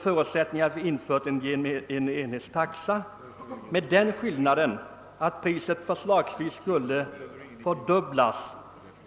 Därvid får man dock räkna med att priset exempelvis skulle fördubblas